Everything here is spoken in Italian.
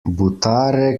buttare